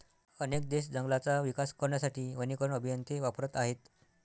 अनेक देश जंगलांचा विकास करण्यासाठी वनीकरण अभियंते वापरत आहेत